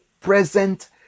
present